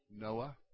Noah